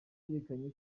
yerekanye